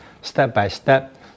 step-by-step